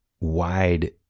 wide